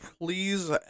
please